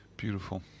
Beautiful